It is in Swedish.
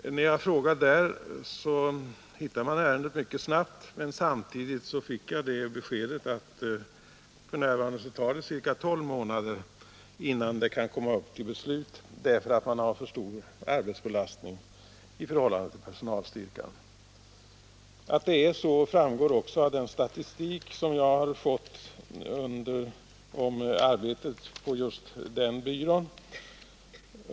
När jag frågade där, hittade vederbörande tjänsteman ärendet mycket snabbt, men samtidigt fick jag beskedet att för närvarande tar det ca 12 månader innan det kan komma upp till beslut, därför att verket har för stor arbetsbelastning i förhållande till personalstyrkan. Att det är så framgår också av den statistik som jag har fått om arbetet på just den byrån.